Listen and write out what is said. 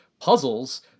puzzles